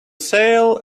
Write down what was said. sail